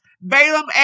Balaam